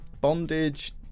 Bondage